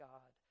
God